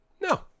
No